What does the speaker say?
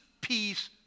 peace